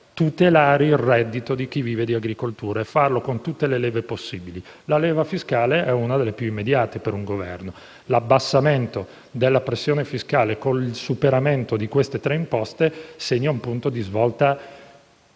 tutelare il reddito di chi vive di agricoltura con tutte le leve possibili; la leva fiscale per un Governo è una delle più immediate. L'abbassamento della pressione fiscale con il superamento di queste tre imposte segna un punto di svolta